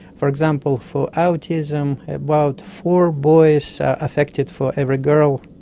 for example, for autism about four boys are affected for every girl,